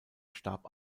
starb